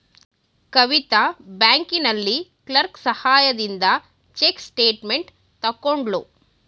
ಕವಿತಾ ಬ್ಯಾಂಕಿನಲ್ಲಿ ಕ್ಲರ್ಕ್ ಸಹಾಯದಿಂದ check statement ತಕ್ಕೊದ್ಳು